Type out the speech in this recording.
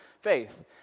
faith